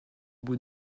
bout